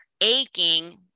aching